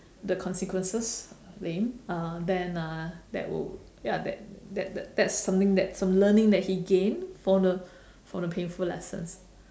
the consequences lame uh then uh that will ya that that that that that's something that so learning that he gain for the from the painful lessons